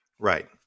Right